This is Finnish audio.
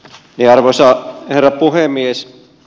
arvoisa herra puhemies